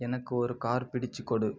எனக்கு ஒரு கார் பிடிச்சுக் கொடு